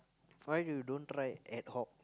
why you don't try ad-hoc